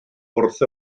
wrth